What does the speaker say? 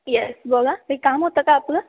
yes बोला काही काम होतं का आपलं